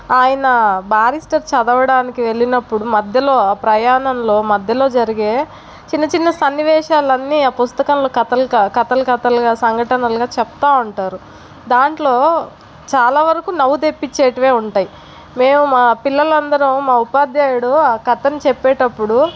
ఆయన బారిష్టర్ చదవడానికి వెళ్ళినప్పుడు మధ్యలో ఆ ప్రయాణంలో మధ్యలో జరిగే చిన్న చిన్న సన్నివేశాలు అన్నీ ఆ పుస్తకంలో కథలు కథలు కథలుగా సంఘటనలుగా చెప్తా ఉంటారు దాంట్లో చాలా వరకు నవ్వు తెప్పిచ్చేటివే ఉంటాయి మేము మా పిల్లలు అందరం మా ఉపాధ్యాయుడు ఆ కథను చెప్పేటప్పుడు